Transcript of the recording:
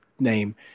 Name